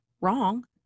wrong